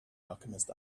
alchemist